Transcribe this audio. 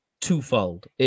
twofold